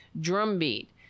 drumbeat